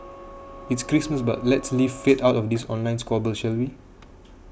it's Christmas but let's leave faith out of this online squabble shall we